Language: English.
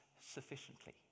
sufficiently